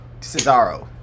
Cesaro